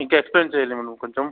ఇంకా ఎక్స్ప్లైన్ చెయ్యాలేమో కొంచెం